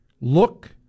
look